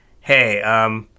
hey